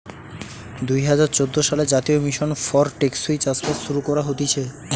দুই হাজার চোদ্দ সালে জাতীয় মিশন ফর টেকসই চাষবাস শুরু করা হতিছে